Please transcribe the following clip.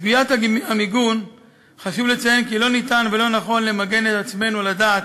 בסוגיית המיגון חשוב לציין כי אי-אפשר ולא נכון "למגן את עצמנו לדעת"